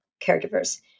caregivers